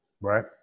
right